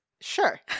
Sure